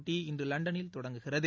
போட்டி இன்றுலண்டனில் தொடங்குகிறது